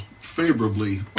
favorably